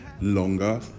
longer